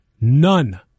None